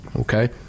Okay